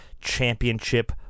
championship